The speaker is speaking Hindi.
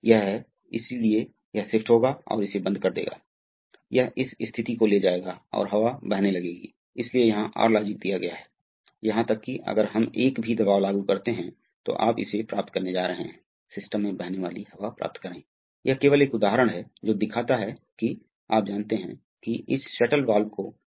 K K 1 अतः 1 ×V2 और अतः V2K 1 आइए हम इसे एक अलग जगह लिखते हैं अतः हमें दो समीकरण मिलते हैं हम V2×V प्राप्त करते हैं और अतः V1 K × V ये दो हैं मुझे उन्हें एक अलग रंग में घेरना है ये अंतिम अभिव्यक्ति हैं